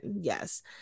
yes